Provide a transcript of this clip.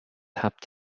habt